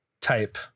type